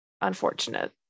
unfortunate